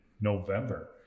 november